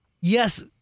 Yes